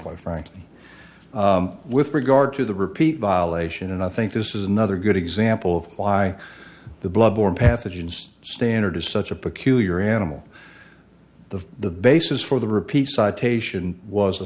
frankly with regard to the repeat violation and i think this is another good example of why the blood borne pathogens standard is such a peculiar animal the the basis for the repeat citation was a